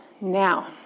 Now